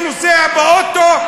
שנוסע באוטו,